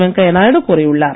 வெங்கையா நாயுடு கூறியுள்ளார்